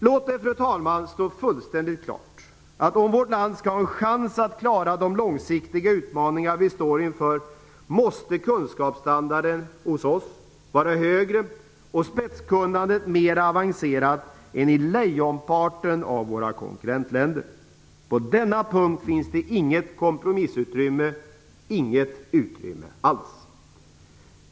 Låt det, fru talman, stå fullständigt klart, att om vårt land skall ha en chans att klara de långsiktiga utmaningar vi står inför måste kunskapsstandarden hos oss vara högre och spetskunnandet mer avancerat än i lejonparten av våra konkurrentländer. På denna punkt finns det inget kompromissutrymme - inget utrymme alls!